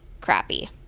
crappy